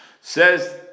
Says